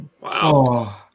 Wow